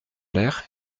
l’air